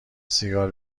سیگار